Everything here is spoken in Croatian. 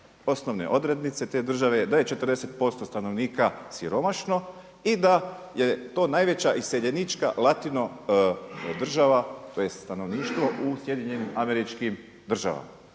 osnovne odrednice te države je da je 40% stanovnika siromašno i da je to najveća iseljenička latino država tj. stanovništvo u SAD-u. Evo s obzirom da